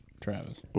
travis